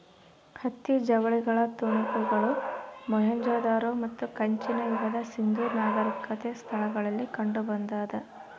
ಹತ್ತಿ ಜವಳಿಗಳ ತುಣುಕುಗಳು ಮೊಹೆಂಜೊದಾರೋ ಮತ್ತು ಕಂಚಿನ ಯುಗದ ಸಿಂಧೂ ನಾಗರಿಕತೆ ಸ್ಥಳಗಳಲ್ಲಿ ಕಂಡುಬಂದಾದ